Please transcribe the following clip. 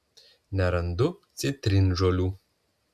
nerandu citrinžolių